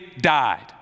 died